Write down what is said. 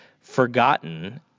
forgotten